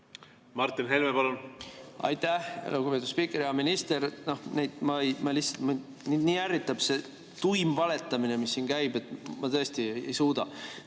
Martin Helme, palun! Aitäh, lugupeetud spiiker! Hea minister! Mind nii ärritab see tuim valetamine, mis siin käib, et ma tõesti ei suuda.